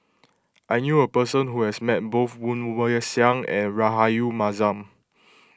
I knew a person who has met both Woon Wah Siang and Rahayu Mahzam